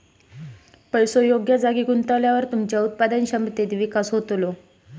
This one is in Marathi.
पैसो योग्य जागी गुंतवल्यावर तुमच्या उत्पादन क्षमतेत विकास होतलो